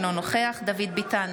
אינו נוכח דוד ביטן,